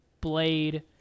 Blade